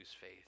faith